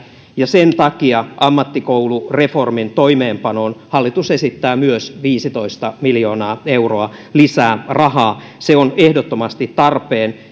ja sen takia ammattikoulureformin toimeenpanoon hallitus esittää myös viisitoista miljoonaa euroa lisää rahaa se on ehdottomasti tarpeen